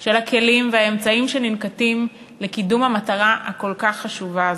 של הכלים והאמצעים שננקטים לקידום המטרה הכל-כך חשובה הזאת.